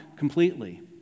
completely